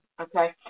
okay